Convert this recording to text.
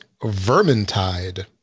Vermintide